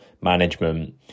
management